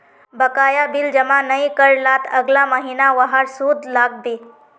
बकाया बिल जमा नइ कर लात अगला महिना वहार पर सूद लाग बे